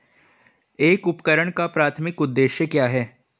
एक उपकरण का प्राथमिक उद्देश्य क्या है?